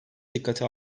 dikkate